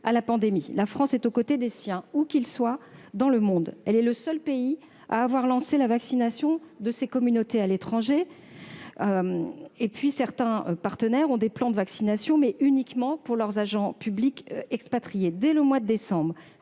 à la pandémie. La France est aux côtés des siens, où qu'ils soient dans le monde. Elle est le seul pays à avoir lancé la vaccination de ses communautés à l'étranger. Certains de nos partenaires ont des plans de vaccination, mais uniquement pour leurs agents publics expatriés. Dès le mois de décembre